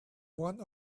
one